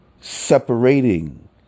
separating